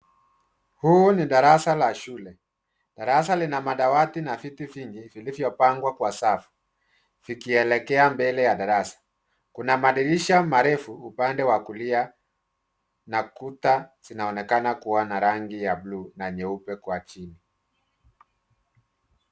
Huu ni darasa la shule. Darasa lina madawati na viti vingi vilivyopangwa kwa safu vikielekea mbele ya darasa. Kuna madirisha marefu upande wa kulia na kuta zinaonekana kuwa na rangi ya bluu na nyeupe kwa chini.